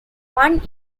one